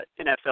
NFL